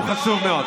הוא חשוב מאוד.